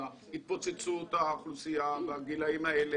על התפוצצות האוכלוסייה ועל הגילאים האלה